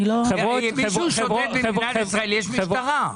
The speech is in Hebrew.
אם מישהו שודד במדינת ישראל, יש משטרה.